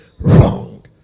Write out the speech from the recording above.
wrong